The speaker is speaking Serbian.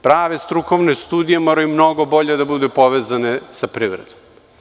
Prave strukovne studije moraju da budu mnogo bolje povezane sa privredom.